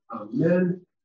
Amen